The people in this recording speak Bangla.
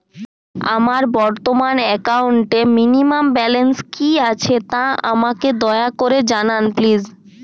আমার বর্তমান একাউন্টে মিনিমাম ব্যালেন্স কী আছে তা আমাকে দয়া করে জানান প্লিজ